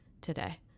today